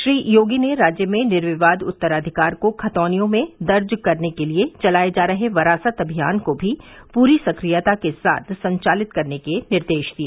श्री योगी ने राज्य में निर्विवाद उत्तराधिकार को खतौनियों में दर्ज करने के लिए चलाए जा रहे वरासत अभियान को भी पूरी सक्रियता के साथ संचालित करने के निर्देश दिए